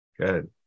Good